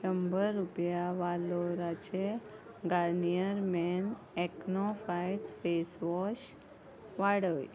शंबर रुपया वालोराचे Garnier men acno fights face wash वाडय